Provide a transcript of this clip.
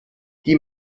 die